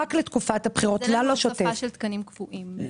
אין הוספה של תקנים קבועים.